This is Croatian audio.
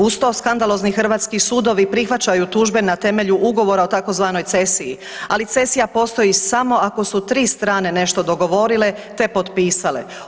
Uz to skandalozni hrvatski sudovi prihvaćaju tužbe na temelju ugovora o tzv. cesiji, ali cesija postoji samo ako su tri strane nešto dogovorile te potpisale.